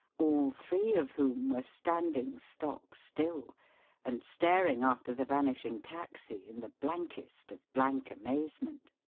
all three of whom were standing stock still and staring after the vanishing taxi in the blankest of blank amazement.